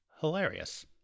hilarious